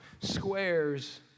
squares